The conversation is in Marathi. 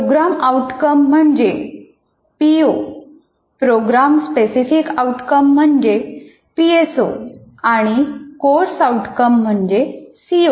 प्रोग्रम औटकॉम्स म्हणजे P O programme specific outcomes म्हणजे पी एस ओ आणि कोर्स आउटकम म्हणजे सी ओ